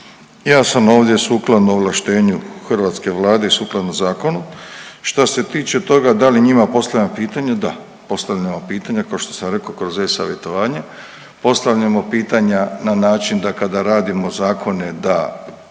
Ja sam ovdje sukladno ovlaštenju hrvatske vlade i sukladno zakonu. Šta se tiče toga da li njima postavljam pitanja, da postavljamo pitanja košto sam rekao kroz e-savjetovanje, postavljamo pitanja na način da kada radimo zakone da